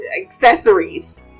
accessories